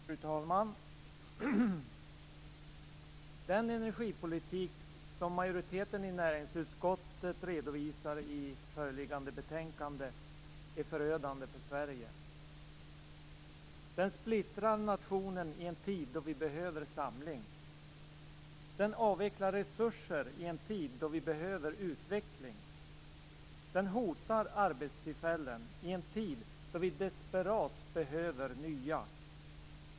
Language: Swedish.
Fru talman! Den energipolitik som majoriteten i näringsutskottet redovisar i föreliggande betänkande är förödande för Sverige. Den splittrar nationen i en tid då vi behöver samling. Den avvecklar resurser i en tid då vi behöver utveckling. Den hotar arbetstillfällen i en tid då vi desperat behöver nya.